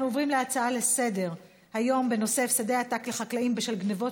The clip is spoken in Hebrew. אנחנו עוברים להצעה לסדר-היום בנושא: הפסדי עתק לחקלאים בשל גנבות,